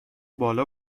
بالا